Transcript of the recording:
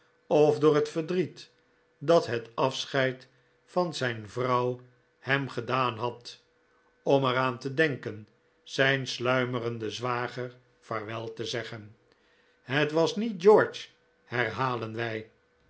of door het verdriet dat het afscheid van zijn vrouw hem gedaan had om er aan te denken zijn sluimerenden zwager vaarwel te zeggen het was niet george herhalen wij